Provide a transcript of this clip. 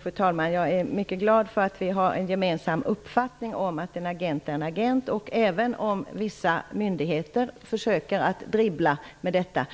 Fru talman! Jag är mycket glad över att utbildningsministern och jag har en gemensam uppfattning om att en agent är en agent. Även om vissa myndigheter försöker dribbla med detta,